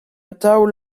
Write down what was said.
atav